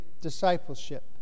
discipleship